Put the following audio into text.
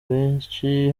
benshi